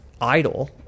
idle